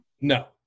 No